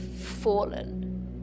fallen